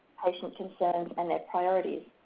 patient concerns and their priorities.